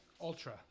Ultra